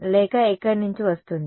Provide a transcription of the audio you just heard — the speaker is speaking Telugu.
లేక ఎక్కడి నుంచి వస్తుంది